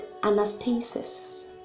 anastasis